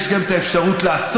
יש גם את האפשרות לעשות,